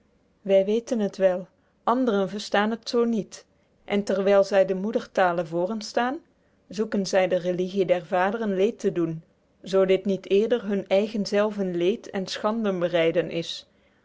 wy weten t wel anderen verstaen het zoo niet en terwyl zy de moedertale voorenstaen zoeken zy de religie der vaderen leed te doen zoo dit niet eerder hun eigen zelven leed en schande bereiden is